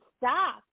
stop